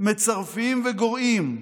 מצרפים וגורעים.